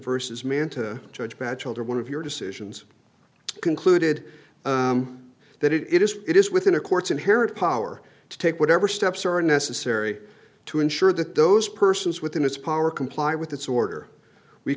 versus manta judge batchelder one of your decisions concluded that it is it is within a court's inherent power to take whatever steps are necessary to ensure that those persons within its power comply with its order we